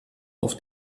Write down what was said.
auf